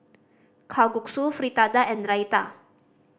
Kalguksu Fritada and Raita